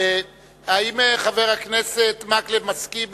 האם חבר הכנסת מקלב מסכים